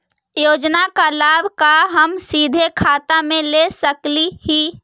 योजना का लाभ का हम सीधे खाता में ले सकली ही?